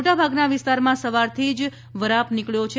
મોટાભાગના વિસ્તારમાં સવારથી વરાપ નીકળ્યો છે